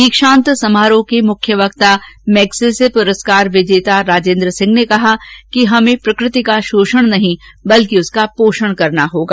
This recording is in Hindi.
दीक्षांत समारोह के मुख्य वक्ता मैग्सेर्स पुरस्कार विजेता राजेंद्र सिंह ने कहा कि हमें प्रकृति का शोषण नहीं बल्कि उसका पोषण करना होगा